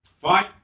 Fine